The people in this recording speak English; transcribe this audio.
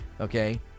Okay